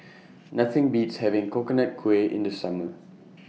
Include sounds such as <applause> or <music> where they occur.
<noise> Nothing Beats having Coconut Kuih in The Summer